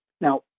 Now